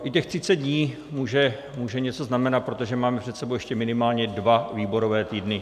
I těch třicet dní může něco znamenat, protože máme před sebou ještě minimálně dva výborové týdny.